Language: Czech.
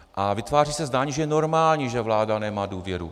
A vytváří se zdání, že je normální, že vláda nemá důvěru.